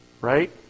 Right